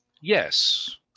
Yes